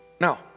Now